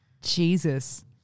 Jesus